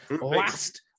last